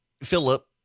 Philip